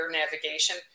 navigation